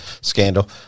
Scandal